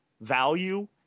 value